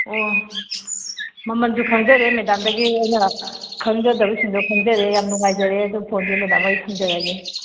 ꯑꯣ ꯃꯃꯜꯁꯨ ꯈꯪꯖꯔꯦ ꯃꯦꯗꯥꯝꯗꯒꯤ ꯑꯩꯅ ꯈꯪꯖꯗꯕꯁꯤꯡꯗꯣ ꯈꯪꯖꯔꯦ ꯌꯥꯝ ꯅꯨꯡꯏꯖꯔꯦ ꯑꯗꯣ ꯐꯣꯟꯁꯦ ꯃꯦꯗꯥꯝ ꯑꯩ ꯊꯝꯖꯔꯒꯦ